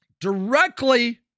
directly